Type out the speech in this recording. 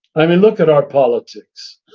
i mean, look at our politics,